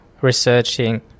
researching